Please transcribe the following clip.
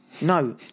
No